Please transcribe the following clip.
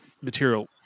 material